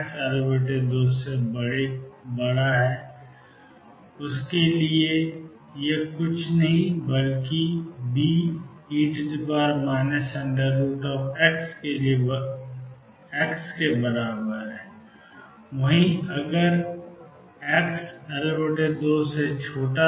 वह xAe2m2x xL2 के लिए कुछ Be √ के बराबर है वही बात x xL2